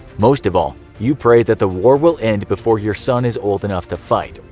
most of all, you pray that the war will end before your son is old enough to fight,